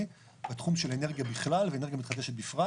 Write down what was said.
בתחום של אנרגיה בכלל ואנרגיה מתחדשת בפרט,